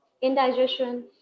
indigestion